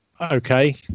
okay